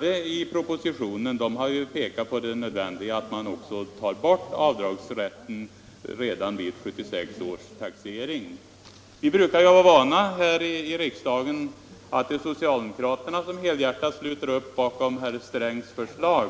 Dessutom pekade reservanterna — som herr Sträng stödde — på nödvändigheten av att avdragsrätten tas bort redan vid 1976 års taxering. Det brukar ju här i riksdagen vara socialdemokraterna som helhjärtat sluter upp bakom herr Strängs förslag,